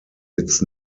its